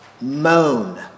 moan